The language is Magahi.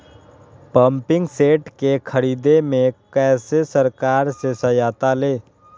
पम्पिंग सेट के ख़रीदे मे कैसे सरकार से सहायता ले?